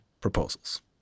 proposals